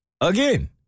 again